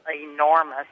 enormous